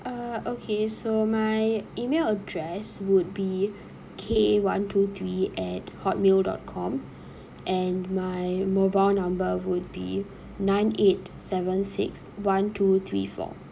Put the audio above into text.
uh okay so my email address would be K one two three at hotmail dot com and my mobile number would be nine eight seven six one two three four